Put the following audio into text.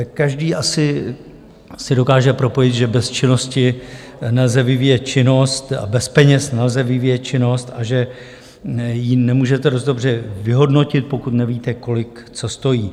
Každý asi si dokáže propojit, že bez činnosti nelze vyvíjet činnost a bez peněz nelze vyvíjet činnost a že ji nemůžete dost dobře vyhodnotit, pokud nevíte, kolik co stojí.